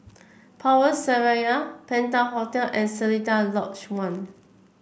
Power Seraya Penta Hotel and Seletar Lodge One